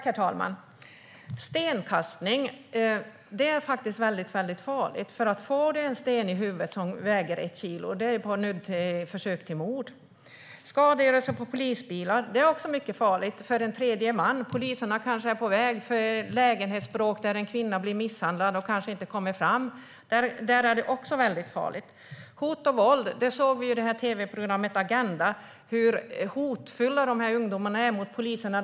Herr talman! Stenkastning är väldigt farligt. Får man en sten som väger ett kilo i huvudet är det snudd på försök till mord. Skadegörelse på polisbilar är också farligt för tredje man, för poliserna kanske är på väg till ett lägenhetsbråk där en kvinna blir misshandlad men kommer inte fram. När det gäller hot om våld såg vi i tv-programmet Agenda hur hotfulla ungdomarna är mot poliserna.